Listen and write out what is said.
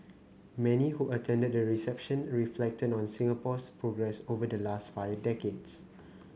many who attended the reception reflected on Singapore's progress over the last five decades